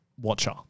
watcher